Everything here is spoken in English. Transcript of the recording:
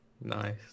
Nice